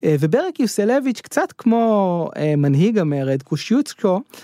וברק יוסלביץ', קצת כמו מנהיג המרד קושצ'ושקו,